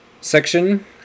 Section